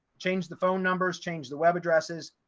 changed the phone numbers changed the web addresses.